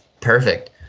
perfect